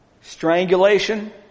strangulation